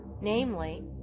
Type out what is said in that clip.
namely